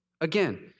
Again